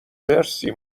مرسی